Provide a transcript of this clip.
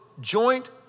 joint